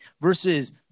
versus